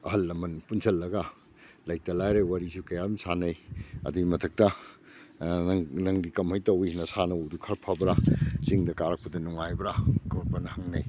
ꯑꯍꯜ ꯂꯃꯜ ꯄꯨꯟꯁꯜꯂꯒ ꯂꯩꯇ ꯂꯥꯏꯔ ꯋꯥꯁꯤꯁꯨ ꯀꯌꯥ ꯑꯃ ꯁꯥꯟꯅꯩ ꯑꯗꯨꯏ ꯃꯊꯛꯇ ꯅꯪꯗꯤ ꯀꯃꯥꯏ ꯇꯧꯋꯤ ꯅꯁꯥ ꯅꯎꯗꯨ ꯈꯔ ꯐꯕ꯭ꯔꯥ ꯆꯤꯡꯗ ꯀꯥꯔꯛꯄꯗꯨ ꯅꯨꯡꯉꯥꯏꯕ꯭ꯔꯥ ꯈꯣꯠꯄ꯭ꯔꯅ ꯍꯪꯅꯩ